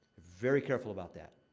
very careful about that.